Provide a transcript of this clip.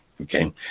Okay